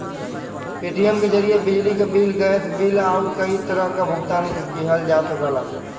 Paytm के जरिये बिजली क बिल, गैस बिल आउर कई तरह क भुगतान किहल जा सकला